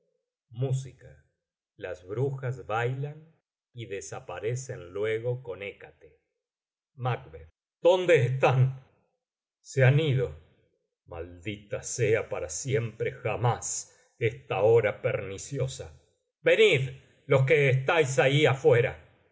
complacido del pleito homenaje que le hemos rendido música las brujas bailan y desaparecen luego con hécate macb dónde están se han ido maldita sea para siempre jamás esta hora perniciosa venid los que estáis ahí afuera